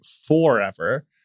forever